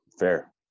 Fair